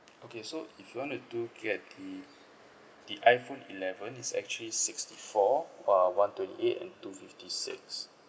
okay so if you want to do get the the iphone eleven is actually sixty four uh one twenty eight and two fifty six